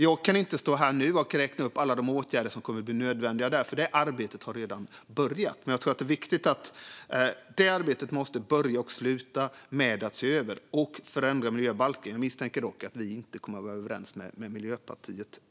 Jag kan inte här och nu räkna upp alla de åtgärder som kommer att bli nödvändiga, men arbetet har redan börjat. Jag tror att det är viktigt att arbetet både inleds och slutar med att man ser över och förändrar miljöbalken. Jag misstänker dock att vi inte kommer att vara överens med Miljöpartiet här.